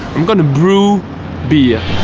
i'm gonna brew beer